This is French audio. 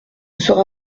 sera